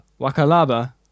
Wakalaba